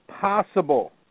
possible